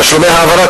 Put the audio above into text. תשלומי העברה,